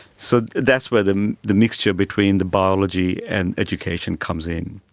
so that's where the the mixture between the biology and education comes in.